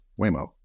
Waymo